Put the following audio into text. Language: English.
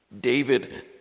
David